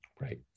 right